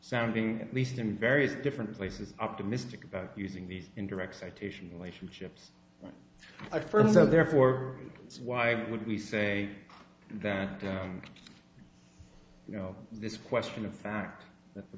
sounding at least in various different places optimistic about using these in direct citation relationships at first so therefore why would we say that you know this question of fact that the